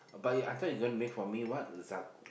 but you I thought you gonna make for me what za~